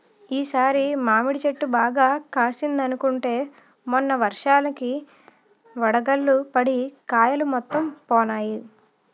ఈ సారి మాడి చెట్టు బాగా కాసిందనుకుంటే మొన్న వర్షానికి వడగళ్ళు పడి కాయలు మొత్తం పోనాయి